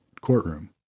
courtroom